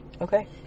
Okay